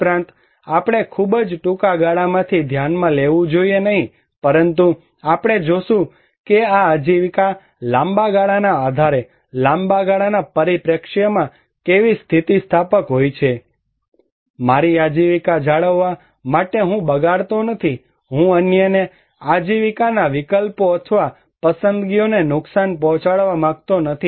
ઉપરાંત આપણે ખૂબ જ ટૂંકા ગાળામાંથી ધ્યાનમાં લેવું જોઈએ નહીં પરંતુ આપણે જોશું કે આ આજીવિકા લાંબા ગાળાના આધારે લાંબા ગાળાના પરિપ્રેક્ષ્યમાં કેવી સ્થિતિસ્થાપક છે અને મારી આજીવિકા જાળવવા માટે હું બગાડતો નથી હું અન્યને આજીવિકાના વિકલ્પો અથવા પસંદગીઓને નુકસાન પહોંચાડવા માંગતો નથી